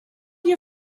your